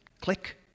click